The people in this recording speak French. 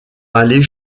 aller